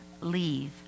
leave